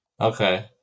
okay